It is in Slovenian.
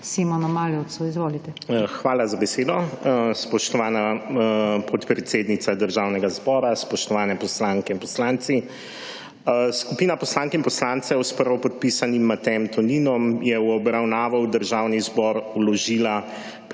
Hvala za besedo, spoštovana podpredsednica Državnega zbora. Spoštovani poslanke in poslanci! Skupina poslank in poslancev s prvopodpisanim Matejem Toninom je v obravnavo v Državni zbor vložila